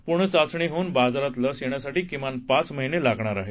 पूर्ण चाघणी होऊन बाजारात लस येण्यासाठी किमान पाच महिने लागणार आहेत